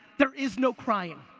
there is no crying.